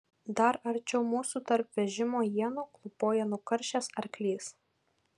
dar arčiau mūsų tarp vežimo ienų klūpojo nukaršęs arklys